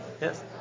Yes